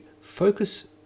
focus